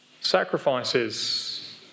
sacrifices